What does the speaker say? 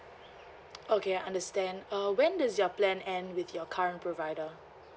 okay I understand uh when does your plan end with your current provider